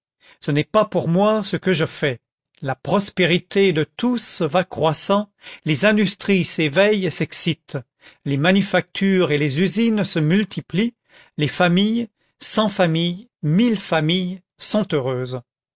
ce n'est pas pour moi ce que je fais la prospérité de tous va croissant les industries s'éveillent et s'excitent les manufactures et les usines se multiplient les familles cent familles mille familles sont heureuses